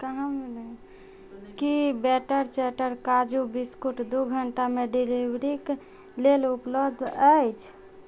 कहाँ बोले की बैटर चैटर काजू बिस्कुट दू घण्टामे डिलीवरीके लेल उपलब्ध अछि